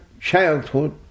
childhood